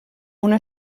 una